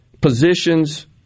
positions